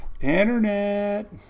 Internet